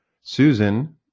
Susan